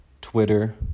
Twitter